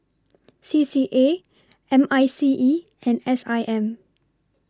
C C A M I C E and S I M